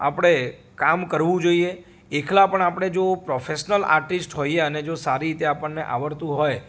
આપણે કામ કરવું જોઈએ એકલા પણ આપણે જો પ્રોફેશનલ આર્ટિસ હોઈએ અને જો સારી રીતે આપણને આવડતું હોય